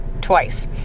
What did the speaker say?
twice